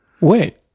Wait